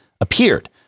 appeared